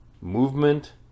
movement